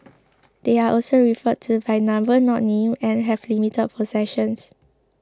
they are also referred to by number not name and have limited possessions